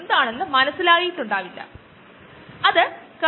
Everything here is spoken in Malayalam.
നിങ്ങൾക്ക് അത് മനസ്സിലാക്കാൻ കഴിയുമെന്ന് ഞാൻ പ്രതീക്ഷിക്കുന്നു